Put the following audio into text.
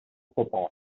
football